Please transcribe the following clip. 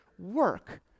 work